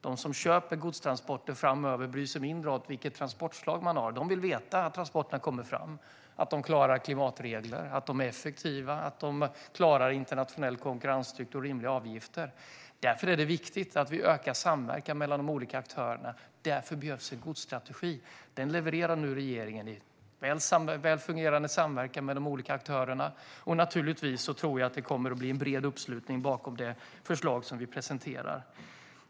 De som köper godstransporter framöver bryr sig mindre om vilket transportslag man har - de vill veta att transporterna kommer fram, att de klarar klimatregler, att de är effektiva och att de klarar internationellt konkurrenstryck och har rimliga avgifter. Därför är det viktigt att vi ökar samverkan mellan de olika aktörerna, och därför behövs en godsstrategi. Den levererar nu regeringen i väl fungerande samverkan med de olika aktörerna. Naturligtvis tror jag att det kommer att bli en bred uppslutning bakom det förslag som vi presenterar.